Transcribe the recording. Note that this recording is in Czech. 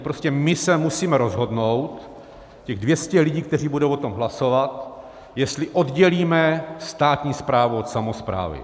Prostě my se musíme rozhodnout, těch 200 lidí, kteří budou o tom hlasovat, jestli oddělíme státní správu od samosprávy.